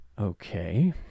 Okay